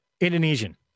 Indonesian